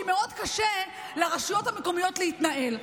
כי מאוד קשה לרשויות המקומיות להתנהל.